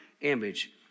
image